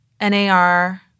NAR